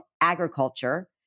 agriculture